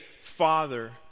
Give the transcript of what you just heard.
Father